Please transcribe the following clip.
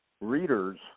readers